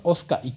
Oscar